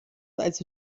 also